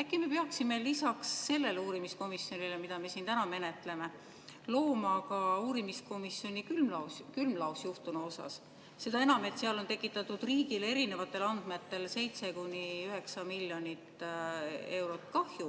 Äkki me peaksime lisaks sellele uurimiskomisjonile, mida me siin täna menetleme, looma ka uurimiskomisjoni külmlaos juhtunu osas, seda enam, et seal on tekitatud riigile erinevatel andmetel 7–9 miljonit eurot kahju